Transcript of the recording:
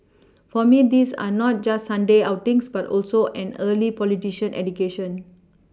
for me these are not just Sunday outings but also an early politician education